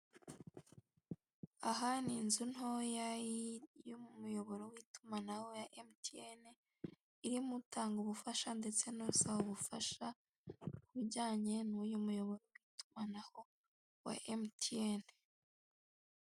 Aha ninzu ntoya y'umuyobora witumanaho wa MTN irimo utanga ubufasha ndetse nusaba ubufasha kubijyanye nuyu muyoboro w'itumanaho wa MTN.